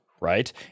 right